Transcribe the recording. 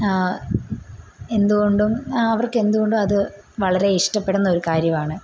എന്തുകൊണ്ടും അവർക്ക് എന്തുകൊണ്ടും അത് വളരെ ഇഷ്ടപ്പെടുന്നൊരു കാര്യവാണ്